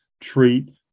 treat